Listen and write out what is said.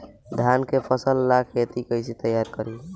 धान के फ़सल ला खेती कइसे तैयार करी?